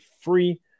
free